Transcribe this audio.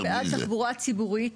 אני בעד תחבורה ציבורית.